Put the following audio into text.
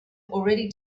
already